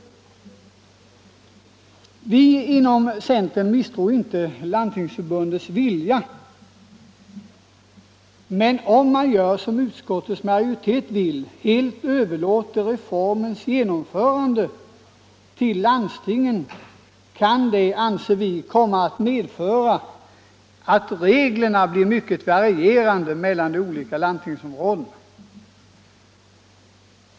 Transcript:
Vi inom centern misstror inte Landstingsförbundets vilja. Men om man gör som utskottets majoritet vill och helt överlåter reformens genomförande till landstingen, kan detta enligt vår uppfattning komma att medföra att reglerna blir mycket varierande mellan de olika landstingsområdena.